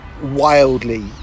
Wildly